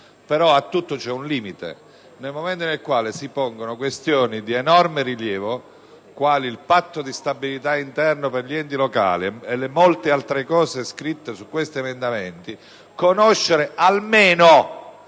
però a tutto c'è un limite. Nel momento in cui si pongono questioni di enorme rilievo, quali il patto di stabilità interno per gli enti locali e i molti altri argomenti affrontati da tali emendamenti, conoscere almeno